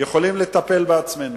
יכולים לטפל בעצמנו.